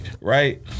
right